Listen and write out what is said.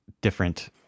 different